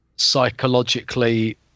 psychologically